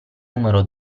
numero